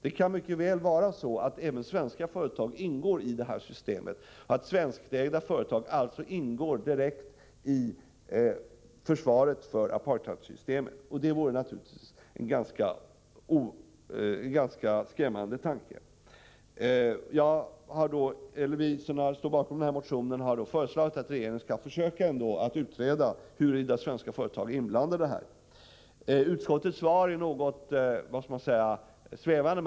Det kan mycket väl vara så att även svenska företag ingår i detta system, dvs. att svenskägda företag direkt ingår i försvaret av apartheidsystemet. Det är naturligtvis en ganska skrämmande tanke. Vi som står bakom motion 964 har föreslagit att regeringen skall försöka utreda huruvida svenska företag är inblandade i detta system. Utskottets svar är något svävande.